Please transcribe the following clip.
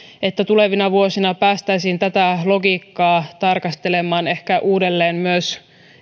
että tulevina vuosina päästäisiin tätä logiikkaa tarkastelemaan uudelleen ehkä myös